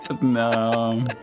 No